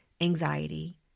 anxiety